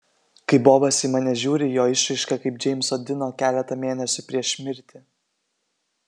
kai bobas į mane žiūri jo išraiška kaip džeimso dino keletą mėnesių prieš mirtį